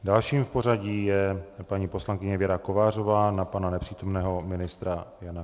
Dalším v pořadí je paní poslankyně Věra Kovářová na pana nepřítomného ministra Jana Kněžínka.